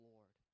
Lord